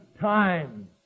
times